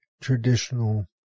traditional